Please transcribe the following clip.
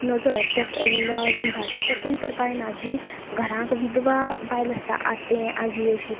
नजर त्या लिंबाचे परतून पडपाक जायना जी घरांक विधवा बायल आसता आतें आजी अशी